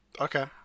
Okay